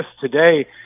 today